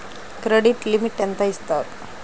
Credit limit ఎంత ఇస్తారు?